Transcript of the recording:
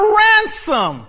ransom